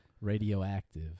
Radioactive